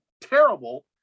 terrible